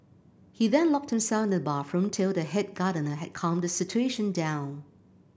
he then locked himself in the bathroom till the head gardener had calmed the situation down